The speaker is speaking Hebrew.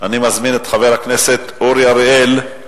אני מזמין את חבר הכנסת אורי אריאל.